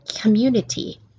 community